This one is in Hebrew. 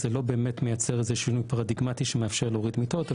אז זה לא באמת מייצר איזשהו שינוי פרדיגמטי שמאפשר להוריד מיטות,